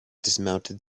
dismounted